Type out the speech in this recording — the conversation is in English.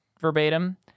verbatim